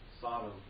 Sodom